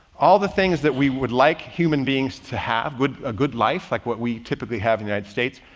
all the things that we would like human beings to have good, a good life like what we typically have in united states.